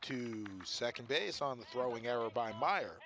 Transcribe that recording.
to second base on the throwing arrow by meyer